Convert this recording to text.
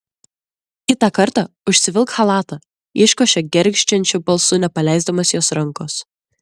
kitą kartą užsivilk chalatą iškošė gergždžiančiu balsu nepaleisdamas jos rankos